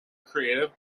creative